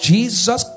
Jesus